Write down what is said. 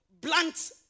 blunt